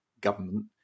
government